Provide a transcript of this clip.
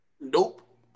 Nope